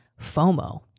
FOMO